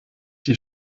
die